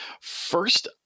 First